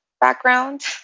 background